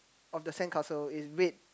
of the sand castle it's weight